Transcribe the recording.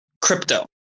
crypto